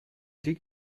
dit